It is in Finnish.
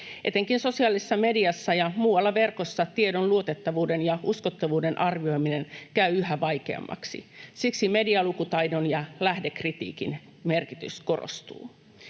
Etenkin sosiaalisessa mediassa ja muualla verkossa tiedon luotettavuuden ja uskottavuuden arvioiminen käy yhä vaikeammaksi, siksi medialukutaidon ja lähdekritiikin merkitys korostuu.